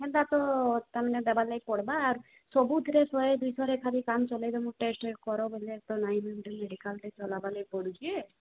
ହେନ୍ତା ତ ତାମାନେେ ଦେବାର୍ ଲାଗି ପଡ଼ବା ଆର୍ ସବୁଥିରେ ଶହେ ଦୁଇଶହରେ ଖାଲି କାମ ଚଲେଇ ଦେବୁ ଟେଷ୍ଟ କର ବ ବୋଲିଲେ ତ ନାଇଁ ମ ମେଡ଼ିକାଲ୍ଟା ଚଲାବା ଲାଗି ପଡ଼ୁଛି